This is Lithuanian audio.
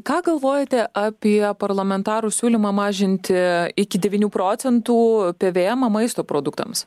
ką galvojate apie parlamentarų siūlymą mažinti iki devynių procentų pvm maisto produktams